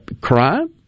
crime